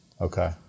Okay